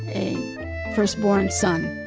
a first born son.